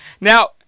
Now